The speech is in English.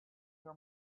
your